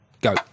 go